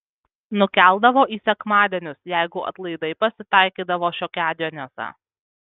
nukeldavo į sekmadienius jeigu atlaidai pasitaikydavo šiokiadieniuose